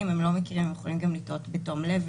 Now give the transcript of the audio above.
בית"; (3) אחרי ההגדרה "מקום ציבורי או עסקי" יבוא: